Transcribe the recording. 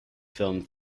film